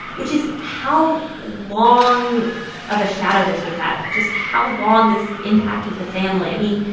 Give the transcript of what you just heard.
which is how long of a shadow this would have, just how long this impacted the family. i mean,